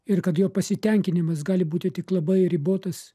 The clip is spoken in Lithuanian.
ir kad jo pasitenkinimas gali būti tik labai ribotas